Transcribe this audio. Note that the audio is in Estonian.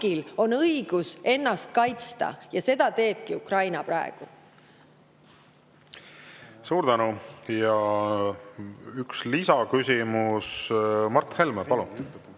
on õigus ennast kaitsta ja seda Ukraina praegu teebki. Suur tänu! Ja üks lisaküsimus. Mart Helme, palun!